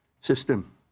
system